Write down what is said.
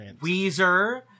weezer